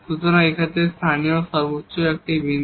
সুতরাং এটি একটি বিন্দু